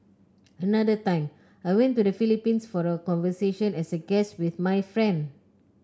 another time I went to the Philippines for a convention as a guest with my friend